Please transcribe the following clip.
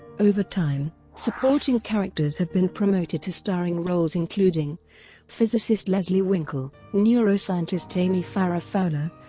over time, supporting characters have been promoted to starring roles including physicist leslie winkle, neuroscientist amy farrah fowler,